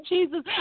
Jesus